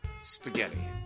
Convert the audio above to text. Spaghetti